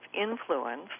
influence